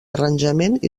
arranjament